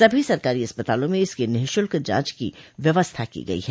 सभी सरकारी अस्पतालों में इसकी निःशुल्क जांच की व्यवस्था की गई है